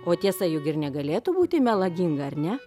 o tiesa juk ir negalėtų būti melaginga ar ne